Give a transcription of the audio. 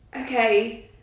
okay